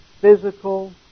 physical